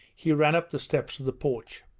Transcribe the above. he ran up the steps of the porch.